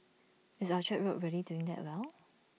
is Orchard road really doing that well